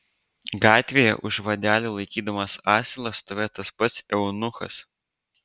gatvėje už vadelių laikydamas asilą stovėjo tas pats eunuchas